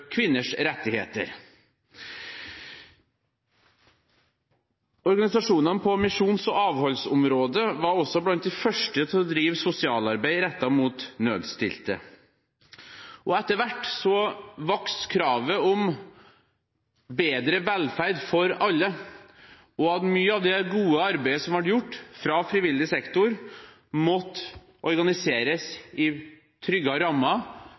kvinners rettigheter. Organisasjonene på misjons- og avholdsområdet var også blant de første til å drive sosialarbeid rettet mot nødstilte. Etter hvert vokste kravet om bedre velferd for alle, og om at mye av det gode arbeidet som ble gjort fra frivillig sektor, måtte organiseres i tryggere rammer,